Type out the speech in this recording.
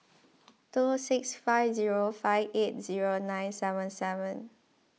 two six five zero five eight zero nine seven seven